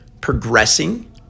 progressing